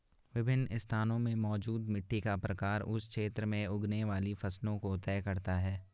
विभिन्न स्थानों में मौजूद मिट्टी का प्रकार उस क्षेत्र में उगने वाली फसलों को तय करता है